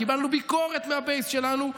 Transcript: וקיבלנו ביקורת מהבייס שלנו,